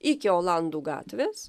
iki olandų gatvės